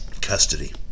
Custody